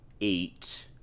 eight